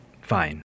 fine